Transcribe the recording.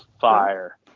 Fire